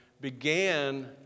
began